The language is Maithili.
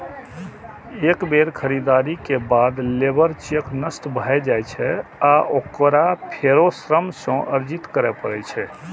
एक बेर खरीदारी के बाद लेबर चेक नष्ट भए जाइ छै आ ओकरा फेरो श्रम सँ अर्जित करै पड़ै छै